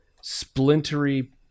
splintery